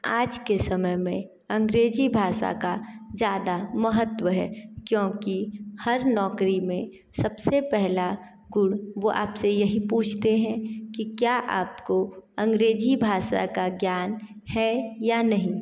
आज के समय में अंग्रेजी भाषा का ज़्यादा महत्व है क्योंकि हर नौकरी में सबसे पहला गुण वह आपसे यही पूछते हैं कि क्या आपको अंग्रेजी भाषा का ज्ञान है या नहीं